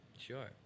Sure